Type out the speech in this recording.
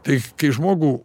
tai kai žmogų